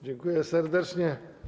Dziękuję serdecznie.